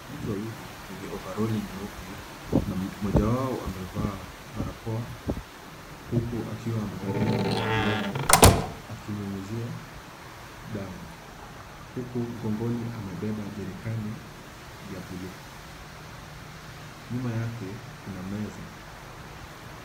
Watu wawili wenye ovaroli nyeupe na mmoja wao amevaa barakoa huku akiwa amevalia glavu akinyunyizia dawa huku mgongoni amebeba jerikani ya buluu. Nyuma yake kuna meza.